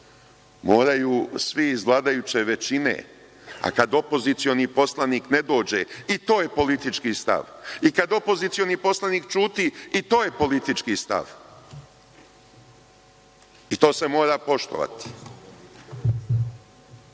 moraju svi iz vladajuće većine, a kada opozicioni poslanik ne dođe i to je politički stav i kada opozicioni poslanik ćuti i to je politički stav i to se mora poštovati.U